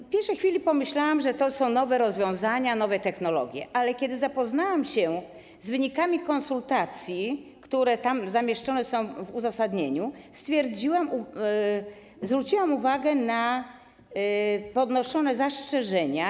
W pierwszej chwili pomyślałam, że to są nowe rozwiązania, nowe technologie, ale kiedy zapoznałam się z wynikami konsultacji, które są zamieszczone w uzasadnieniu, zwróciłam uwagę na podnoszone zastrzeżenia.